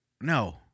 no